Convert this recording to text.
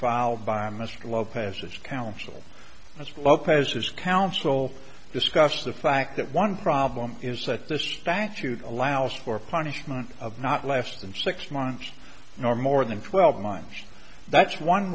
via mr lopez's counsel as lopez's counsel discussed the fact that one problem is that the statute allows for punishment of not less than six months or more than twelve months that's one